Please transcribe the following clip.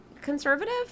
conservative